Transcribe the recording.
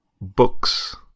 books